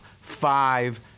five